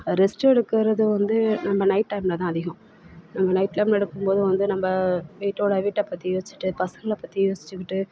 rest எடுக்கிறது வந்து நம்ம நைட் டைமில் தான் அதிகம் நம்ம நைட்டில் நடக்கும் போது வந்து நம்ம வீட்டோடு வீட்டை பற்றி யோசிச்சுகிட்டு பசங்களை பற்றி யோசிச்சுக்கிட்டு